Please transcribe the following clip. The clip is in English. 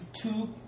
two